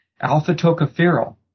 alpha-tocopherol